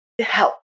help